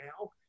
now